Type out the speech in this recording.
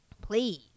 Please